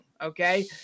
Okay